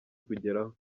kugeraho